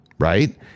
Right